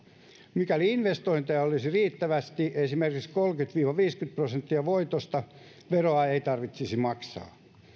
mikäli investointeja olisi riittävästi esimerkiksi kolmekymmentä viiva viisikymmentä prosenttia voitosta veroa ei tarvitsisi maksaa